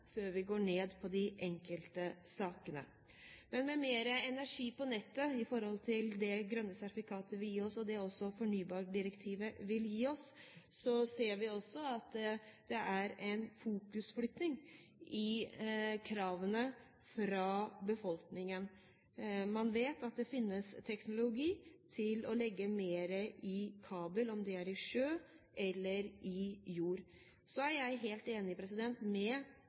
før vi går ned i de enkelte sakene. Men med mer energi på nettet i forhold til det grønne sertifikater, og fornybardirektivet vil gi oss, ser vi også at det er en flytting av fokus i kravene fra befolkningen. Man vet at det finnes teknologi til å legge mer i kabel, om det er i sjø eller i jord. Så er jeg helt enig